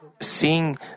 Seeing